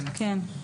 כן.